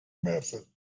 methods